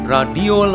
Radio